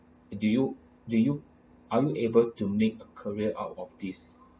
do you do you are you able to make a career out of this